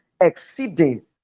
exceeding